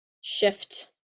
shift